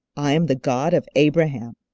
i am the god of abraham,